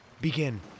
begin